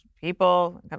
people